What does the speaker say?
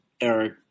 Eric